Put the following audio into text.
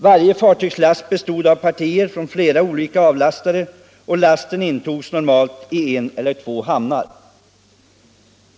Varje fartygslast bestod av partier från flera olika avlastare, och lasten intogs normalt i en eller två hamnar.